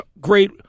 great